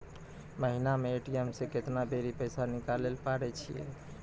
महिना मे ए.टी.एम से केतना बेरी पैसा निकालैल पारै छिये